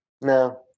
No